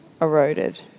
eroded